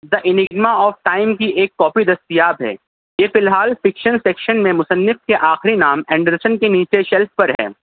the enigma of time کی ایک copy دستیاب ہے یہ فی الحال فکشن فکشن میں مصنف کے آخری نام اینڈرسن کے نیچے شیلف پر ہے